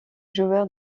joueur